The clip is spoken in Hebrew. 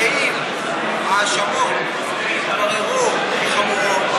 שאם ההאשמות יתבררו כחמורות,